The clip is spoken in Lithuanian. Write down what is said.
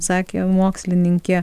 sakė mokslininkė